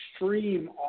extreme